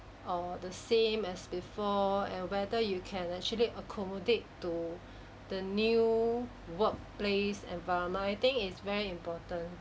or the same as before and whether you can actually accommodate to the new workplace environment I think it's very important